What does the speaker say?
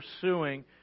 pursuing